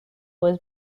was